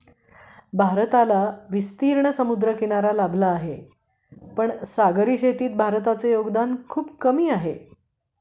भारताला विस्तीर्ण समुद्रकिनारा लाभला आहे, पण सागरी शेतीत भारताचे योगदान खूप कमी आहे